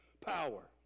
power